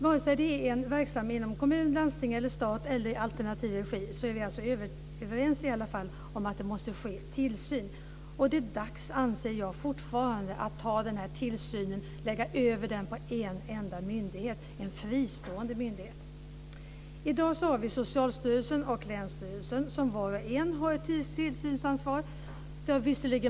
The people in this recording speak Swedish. Vare sig det är fråga om en verksamhet inom kommun, landsting eller stat eller i alternativ regi är vi i alla fall överens om att det måste ske tillsyn. Det är dags, anser jag fortfarande, att ta den här tillsynen och lägga över den på en enda myndighet, en fristående myndighet. I dag har vi Socialstyrelsen och länsstyrelsen som var och en har tillsynsansvar.